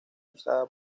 usada